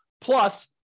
plus